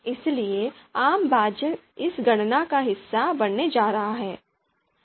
इसलिए आम भाजक इस गणना का हिस्सा बनने जा रहा है